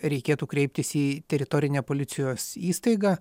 reikėtų kreiptis į teritorinę policijos įstaigą